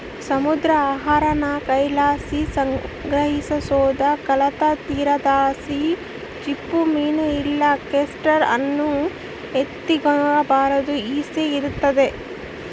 ಸಮುದ್ರ ಆಹಾರಾನ ಕೈಲಾಸಿ ಸಂಗ್ರಹಿಸೋದು ಕಡಲತೀರದಲಾಸಿ ಚಿಪ್ಪುಮೀನು ಇಲ್ಲ ಕೆಲ್ಪ್ ಅನ್ನು ಎತಿಗೆಂಬಾದು ಈಸಿ ಇರ್ತತೆ